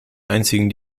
einzigen